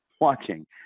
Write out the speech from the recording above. watching